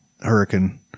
Hurricane